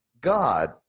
God